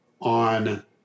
on